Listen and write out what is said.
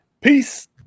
Peace